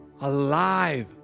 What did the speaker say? alive